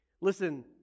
listen